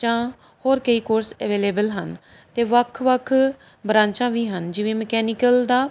ਜਾਂ ਹੋਰ ਕਈ ਕੋਰਸ ਅਵੇਲੇਬਲ ਹਨ ਅਤੇ ਵੱਖ ਵੱਖ ਬ੍ਰਾਂਚਾ ਵੀ ਹਨ ਜਿਵੇਂ ਮਕੈਨੀਕਲ ਦਾ